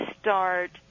start